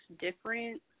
different